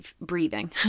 breathing